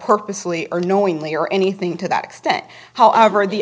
purposely or knowingly or anything to that extent however the